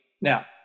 Now